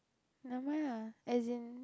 never mind ah as in